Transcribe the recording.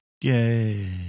Yay